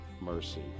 mercy